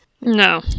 No